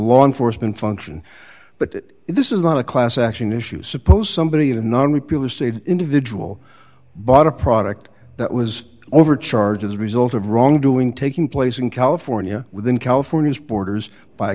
law enforcement function but this is not a class action issue suppose somebody in a non repeal estate individual bought a product that was overcharged as a result of wrongdoing taking place in california within california's borders by